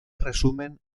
resumen